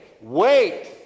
wait